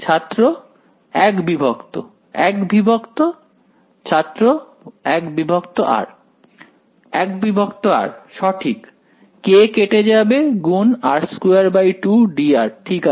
ছাত্র 1 বিভক্ত 1 বিভক্ত ছাত্র 1r 1r সঠিক k কেটে যাবে গুণ r22 dr ঠিক আছে